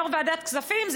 יו"ר ועדת כספים.